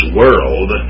world